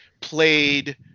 played